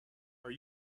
are